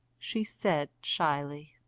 she said shyly.